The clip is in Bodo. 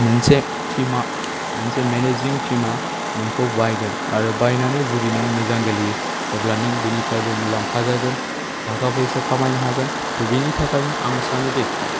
मोनसे टिमा मोनसे मेनेजिं टिमा नोंखौ बायगोन आरो बायनानै जुदि नों मोजां गेलेयो अब्ला नों बिनिफ्रायबो मुलाम्फा जागोन थाखा फैसा खालामयनो हागोन ड' बिनि थाखायनो आं सानो दि